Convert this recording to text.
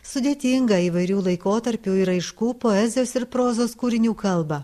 sudėtinga įvairių laikotarpių ir raiškų poezijos ir prozos kūrinių kalbą